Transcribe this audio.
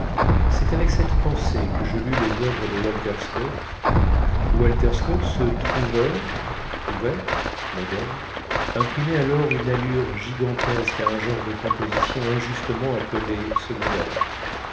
fut avec cette pensée que je lus les oeuvres de walter scott walter scott ce trouveur trouvère moderne imprimait alors une allure gigantesque à un genre de composition injustement appelé